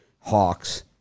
Hawks